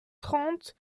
trente